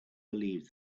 believed